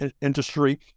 industry